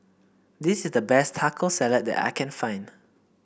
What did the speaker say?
this is the best Taco Salad that I can find